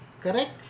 Correct